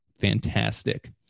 Fantastic